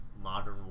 modern